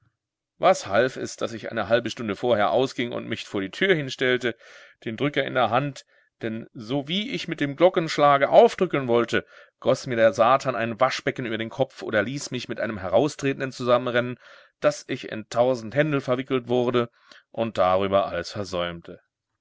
was half es daß ich eine halbe stunde vorher ausging und mich vor die tür hinstellte den drücker in der hand denn sowie ich mit dem glockenschlage aufdrücken wollte goß mir der satan ein waschbecken über den kopf oder ließ mich mit einem heraustretenden zusammenrennen daß ich in tausend händel verwickelt wurde und darüber alles versäumte